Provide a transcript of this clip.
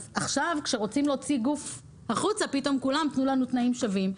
אז עכשיו כשרוצים להוציא החוצה פתאום כולם: תנו לנו תנאים שווים.